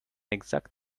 exact